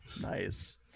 Nice